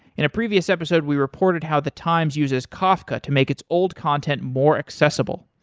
in a previous episode we reported how the times uses kafka to make its old content more accessible.